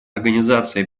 организации